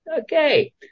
Okay